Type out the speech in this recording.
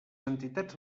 entitats